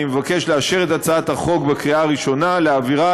אני מבקש לאשר את הצעת החוק בקריאה ראשונה ולהעבירה